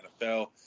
NFL